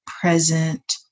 present